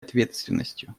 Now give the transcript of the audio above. ответственностью